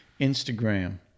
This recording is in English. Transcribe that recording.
Instagram